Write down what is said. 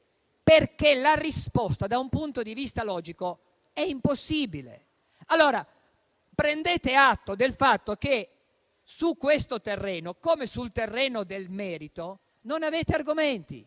perché la risposta da un punto di vista logico è impossibile. Prendete atto del fatto che su questo terreno, come sul terreno del merito, non avete argomenti